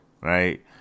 right